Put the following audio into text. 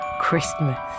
Christmas